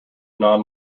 non